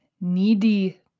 needy